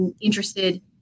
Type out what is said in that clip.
interested